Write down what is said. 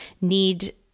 need